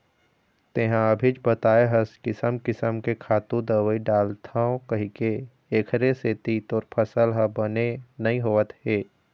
तेंहा अभीच बताए हस किसम किसम के खातू, दवई डालथव कहिके, एखरे सेती तोर फसल ह बने नइ होवत हे